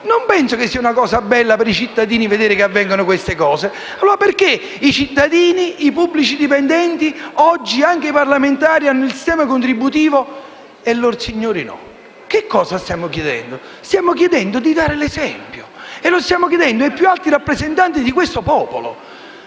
Non penso che sia una cosa bella per i cittadini vedere che avvengono queste cose. E allora perché i cittadini, i pubblici dipendenti, e oggi anche i parlamentari hanno il sistema contributivo e lor signori no? Che cosa stiamo chiedendo? Stiamo chiedendo di dare l'esempio e lo stiamo chiedendo ai più alti rappresentanti di questo popolo.